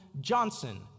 Johnson